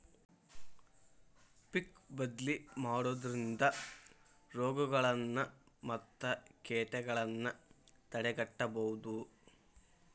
ಪಿಕ್ ಬದ್ಲಿ ಮಾಡುದ್ರಿಂದ ರೋಗಗಳನ್ನಾ ಮತ್ತ ಕೇಟಗಳನ್ನಾ ತಡೆಗಟ್ಟಬಹುದು